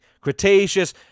Cretaceous